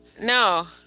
no